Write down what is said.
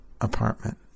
apartment